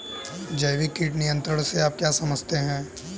जैविक कीट नियंत्रण से आप क्या समझते हैं?